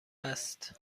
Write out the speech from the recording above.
است